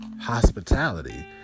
hospitality